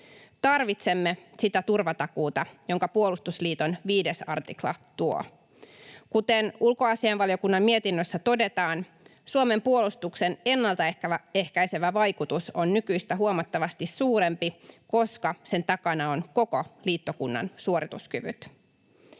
Tarvitsemme sitä turvatakuuta, jonka puolustusliiton 5 artikla tuo. Kuten ulkoasiainvaliokunnan mietinnössä todetaan, Suomen puolustuksen ennaltaehkäisevä vaikutus on nykyistä huomattavasti suurempi, koska sen takana on koko liittokunnan suorituskyvyt.